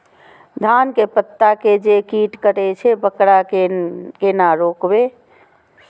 धान के पत्ता के जे कीट कटे छे वकरा केना रोकबे?